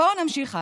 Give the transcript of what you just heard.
בואו נמשיך הלאה.